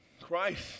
Christ